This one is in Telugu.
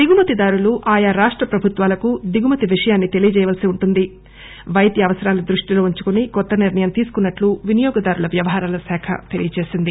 దిగుమతిదారులు ఆయా రాష్ట ప్రభుత్వాలకు దిగుమతి విషయాన్ని తెలియ చేయ వలసి ఉంటుంది పైద్య అవసరాల దృష్టిలో ఉంచుకొని కొత్త నిర్ణయం తీసుకున్నట్టు వినియోగదారుల వ్యవహారాల శాఖ తెలిపింది